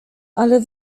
ale